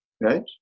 right